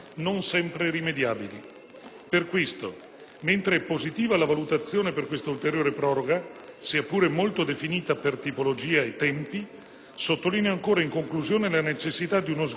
Per questo, mentre è positiva la valutazione per questa ulteriore proroga, sia pure molto definita per tipologia e tempi, sottolineo ancora, in conclusione, la necessità di uno sguardo politicamente più ampio,